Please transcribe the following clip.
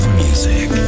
music